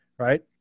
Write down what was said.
right